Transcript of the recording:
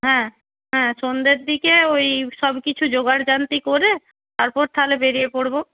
হ্যাঁ হ্যাঁ সন্ধের দিকে ওই সব কিছু জোগাড় জান্তি করে তারপর তাহলে বেরিয়ে পড়ব